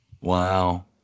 Wow